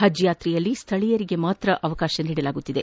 ಪಜ್ ಯಾತ್ರೆಯಲ್ಲಿ ಸ್ಥೀಯರಿಗೆ ಮಾತ್ರ ಅವಕಾಶ ನೀಡಲಾಗುತ್ತಿದೆ